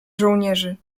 żołnierzy